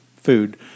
food